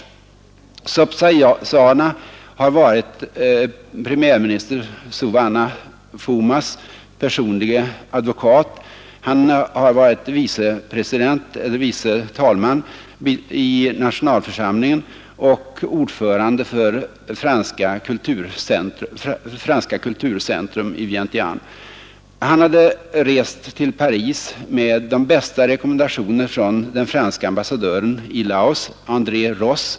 Sopsaysana har varit premiärminister Souvanna Phoumas personlige advokat, han har varit vice talman i nationalförsamlingen och ordförande för Frankrikes kulturcentrum i Vientiane. Han hade rest till Paris med de bästa rekommendationer från den franske ambassadören i Laos André Ross.